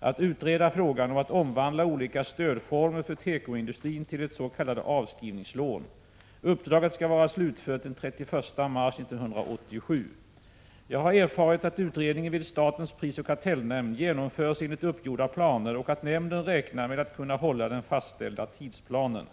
att utreda frågan om att omvandla olika stödformer för tekoindustrin till ett s.k. avskrivningslån. Uppdraget skall vara slutfört den 31 mars 1987. Jag har erfarit att utredningen vid statens prisoch kartellnämnd genomförs enligt uppgjorda planer och att nämnden räknar med att kunna hålla den fastställda tidsplanen.